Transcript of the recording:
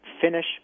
finish